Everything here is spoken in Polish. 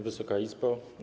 Wysoka Izbo!